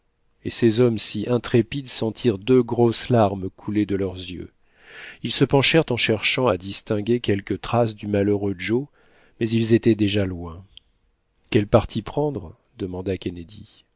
et ces hommes si intrépides sentirent deux grosses larmes couler de leurs yeux ils se penchèrent en cherchant à distinguer quelque trace du malheureux joe mais ils étaient déjà loin quel parti prendre demanda